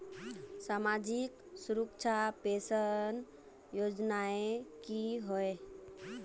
सामाजिक सुरक्षा पेंशन योजनाएँ की होय?